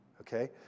Okay